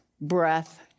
breath